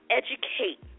educate